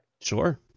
sure